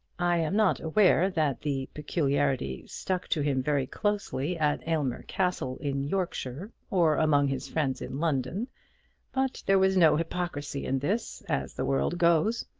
i am not aware that the peculiarity stuck to him very closely at aylmer castle, in yorkshire, or among his friends in london but there was no hypocrisy in this, as the world goes.